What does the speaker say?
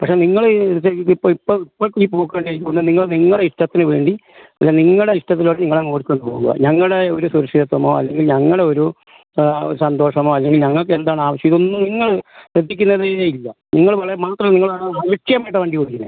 പക്ഷേ നിങ്ങൾ ഇത് ഇത് ഇപ്പോൾ ഇപ്പം ഇതെ ഈ പോക്ക് കണ്ടു എനിക്ക് തോന്നുന്നത് നിങ്ങൾ നിങ്ങളുടെ ഇഷ്ടത്തിന് വേണ്ടി അല്ലേ നിങ്ങളെ ഇഷ്ടത്തിന് നിങ്ങൾ ഓടിക്കൊണ്ട് പോവുക ഞങ്ങളെ ഒരു സുരക്ഷിതത്വമോ അല്ലെങ്കിൽ ഞങ്ങളെ ഒരു സന്തോഷമോ അല്ലെങ്കിൽ ഞങ്ങൾക്ക് എന്താണ് ആവശ്യം ഇതൊന്നും നിങ്ങൾ ശ്രദ്ധിക്കുന്നതേ ഇല്ല നിങ്ങൾ മാത്രമല്ല നിങ്ങളാണ് അലക്ഷ്യമായിട്ടാണ് വണ്ടി ഓടിക്കുന്നത്